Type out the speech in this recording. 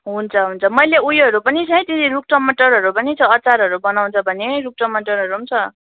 हुन्छ हुन्छ मैले ऊ योहरू पनि छ है दिदी रुख टमाटरहरू पनि छ अचारहरू बनाउँछ भने रुख टमाटरहरू पनि छश